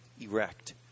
erect